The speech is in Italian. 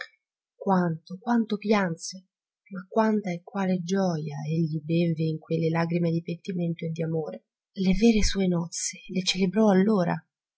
quanto quanto pianse ma quanta e quale gioja egli bevve in quelle lagrime di pentimento e di amore le vere sue nozze le celebrò allora